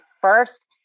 first